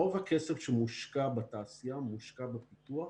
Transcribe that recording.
רוב הכסף שמושקע בתעשייה מושקע בפיתוח,